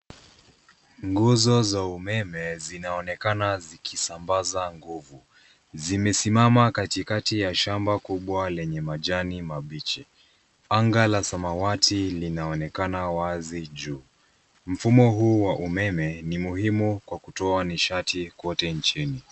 Nguzo za umeme zinaonekana zikisambaza nguvu. Zimesimama katikati ya shamba kubwa lenye majani mabichi. Anga la samawati linaonekana wazi juu. Mfumo huu wa umeme ni muhimu kwa kutoa nishati kote nchini.